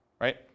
right